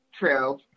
true